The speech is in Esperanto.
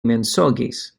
mensogis